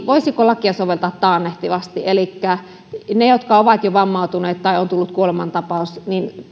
voisiko lakia soveltaa taannehtivasti elikkä ne jotka ovat jo vammautuneet tai jos on tullut kuolemantapaus